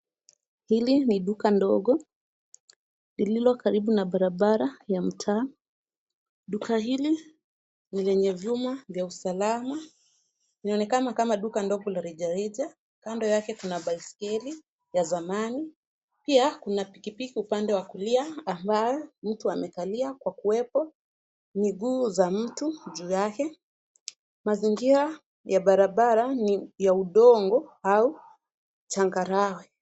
Hili ni duka ndogo, lililo karibu na barabara ya mtaa. Duka ni lenye vyuma vya usalama. Linaonekana kama duka ndogo la rejareja. Kando yake kuna baiskeli ya zamani, pia kuna pikipiki upande wa kulia ambayo mtu amekalia kwa kuwepo miguu za mtu juu yake. Mazingira ya barabara ni ya udongo au changarawe.